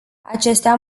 acestea